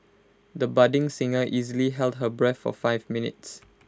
the budding singer easily held her breath for five minutes